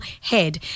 head